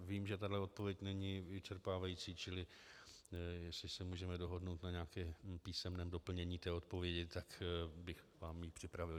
Vím, že tahle odpověď není vyčerpávající, čili jestli se můžeme dohodnout na nějakém písemném doplnění odpovědi, tak bych vám ji připravil.